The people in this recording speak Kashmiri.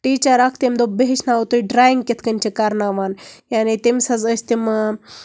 ٹیٖچَر اکھ تمہ دوٚپ بہٕ ہیٚچھناوہو تُہۍ ڈرایِنٛگ کِتھ کنۍ چھِ کَرناوان یعنی تٔمس حظ ٲسۍ تِم مام